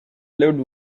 lived